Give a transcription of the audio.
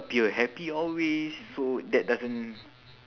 appear happy always so that doesn't